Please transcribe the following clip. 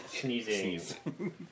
sneezing